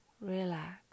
relax